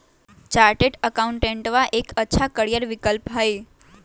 chartered अकाउंटेंटवा के एक अच्छा करियर विकल्प हई